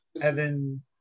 Evan